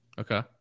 okay